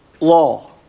law